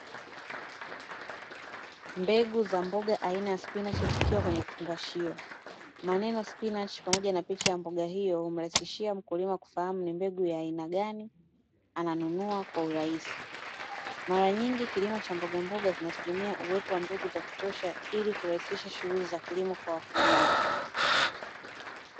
Mbegu za mboga aina ya "spinachi" zikiwa kwenye kifungashio. Maneno spinachi pamoja na picha ya mboga hiyo humrahisishia mkulima kufahamu ni mbegu ya aina gani ananunua kwa urahisi. Mara nyingi kilimo cha mbogamboga kinategemea uwepo wa mbegu za kutosha ili kurahisisha shughuli za kilimo kwa wakulima.